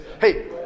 Hey